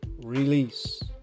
release